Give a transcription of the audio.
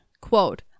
quote